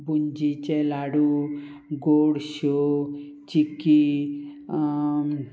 बुंजीचे लाडू गोडश्यो चिकी